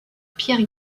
pierre